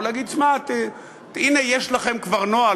או להגיד: הנה יש לכם כבר נוהל,